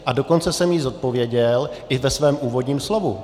A dokonce jsem ji zodpověděl i ve svém úvodním slovu.